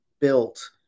built